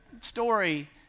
story